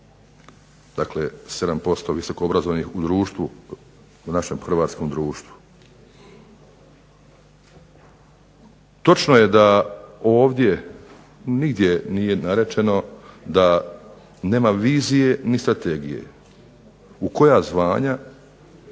Dakle, 7% visokoobrazovanih u društvu u našem hrvatskom društvu. Točno je da ovdje nigdje nije rečeno da nema vizije ni strategije. U koja zvanja,